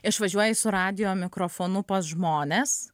išvažiuoji su radijo mikrofonu pas žmones